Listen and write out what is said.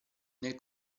nel